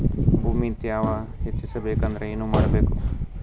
ಭೂಮಿ ತ್ಯಾವ ಹೆಚ್ಚೆಸಬೇಕಂದ್ರ ಏನು ಮಾಡ್ಬೇಕು?